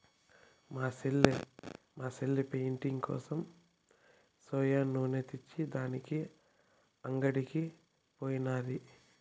మా సెల్లె పెయింటింగ్ కోసం సోయా నూనె తెచ్చే దానికి అంగడికి పోయినాది